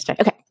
Okay